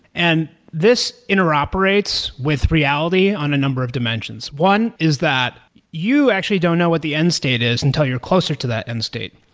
and this interoperates with reality on a number of dimensions. one is that you actually don't know what the end state is until you're closer to the end state.